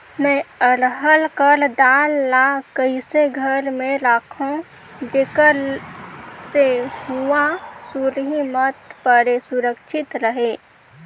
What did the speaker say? मैं अरहर कर दाल ला कइसे घर मे रखों जेकर से हुंआ सुरही मत परे सुरक्षित रहे?